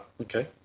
Okay